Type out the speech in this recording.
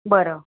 बरं